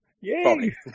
Yay